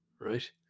right